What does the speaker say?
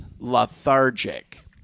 Lethargic